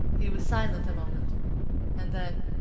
he was silent a moment and then,